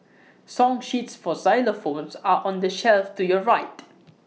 song sheets for xylophones are on the shelf to your right